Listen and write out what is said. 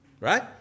Right